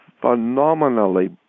phenomenally